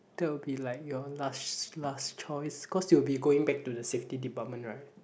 that will be like your last last choice cause you will be going back to the safety department right